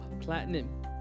platinum